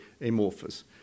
amorphous